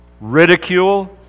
ridicule